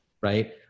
right